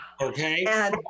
Okay